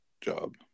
job